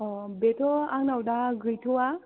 अ बेथ' आंनाव दा गैथ'आ